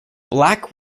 black